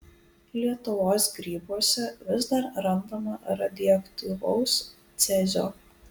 lietuvos grybuose vis dar randama radioaktyvaus cezio